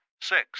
six